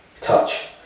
Touch